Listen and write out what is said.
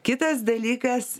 kitas dalykas